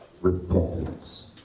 repentance